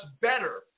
better